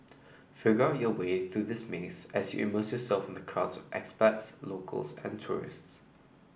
figure out your way through this maze as you immerse yourself in the crowds of expats locals and tourists